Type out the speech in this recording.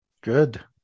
good